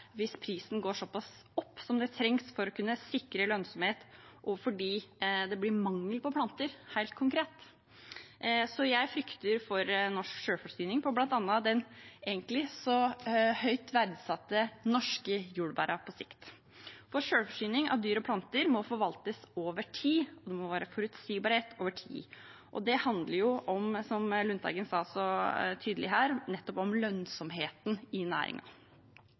hvis prisen går såpass opp som det trengs for å sikre lønnsomhet, og fordi det helt konkret blir mangel på planter. Så jeg frykter for norsk selvforsyning på bl.a. det egentlig så høyt verdsatte norske jordbæret på sikt. Selvforsyning av dyr og planter må forvaltes over tid – det må være forutsigbarhet over tid. Det handler, som Lundteigen sa så tydelig her, nettopp om lønnsomheten i